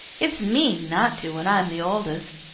it's mean not to when i'm the oldest.